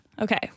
Okay